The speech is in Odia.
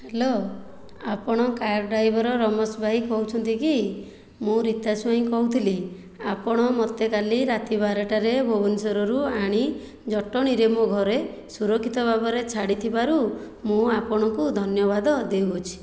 ହ୍ୟାଲୋ ଆପଣ କାର୍ ଡ୍ରାଇଭର ରମେଶ ଭାଇ କହୁଛନ୍ତି କି ମୁଁ ରୀତା ସ୍ଵାଇଁ କହୁଥିଲି ଆପଣ ମୋତେ କାଲି ରାତି ବାରଟାରେ ଭୁବନେଶ୍ଵରରୁ ଆଣି ଜଟଣୀରେ ମୋ' ଘରେ ସୁରକ୍ଷିତ ଭାବରେ ଛାଡ଼ିଥିବାରୁ ମୁଁ ଆପଣଙ୍କୁ ଧନ୍ୟବାଦ ଦେଉଅଛି